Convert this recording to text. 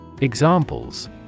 Examples